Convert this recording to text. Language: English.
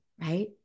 right